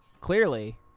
clearly